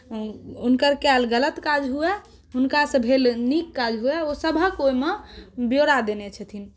हुनकर कयल गलत काज हुए हुनकासँ भेल नीक काज हुए ओ सभक ओहिमे ब्यौरा देने छथिन